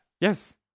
Yes